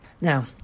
Now